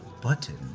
button